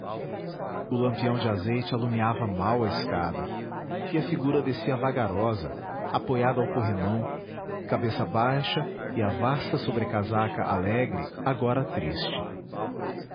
o lampião de azeite alumiava mal a escada e a figura descia vagarosa apoiada ao corrimão cabeça baixa e a vasta sobrecasaca alegre agora triste